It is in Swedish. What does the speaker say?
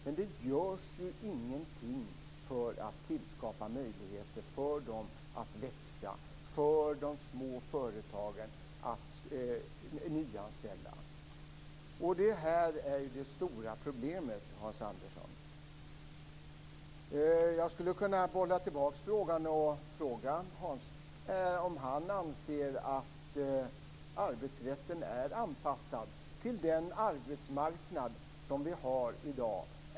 Men det görs ju ingenting för att tillskapa möjligheter för de små företagen att växa och nyanställa. Det är det stora problemet, Hans Jag skulle kunna bolla tillbaks frågan och fråga Hans Andersson om han anser att arbetsrätten är anpassad till den arbetsmarknad som vi har i dag.